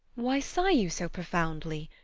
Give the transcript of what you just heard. why sigh you so profoundly?